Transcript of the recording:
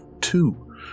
two